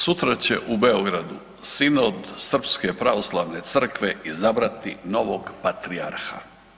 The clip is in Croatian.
Sutra će u Beogradu Sinold Srpske pravoslavne crkve izabrati novog patrijarha.